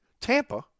Tampa